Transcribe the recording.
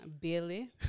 Billy